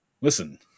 listen